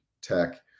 tech